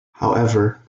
however